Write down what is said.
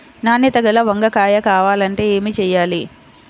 నాణ్యత గల వంగ కాయ కావాలంటే ఏమి చెయ్యాలి?